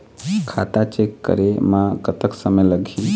खाता चेक करे म कतक समय लगही?